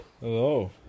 Hello